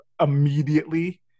immediately